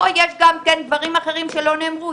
או דברים אחרים שלא נאמרו.